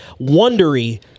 Wondery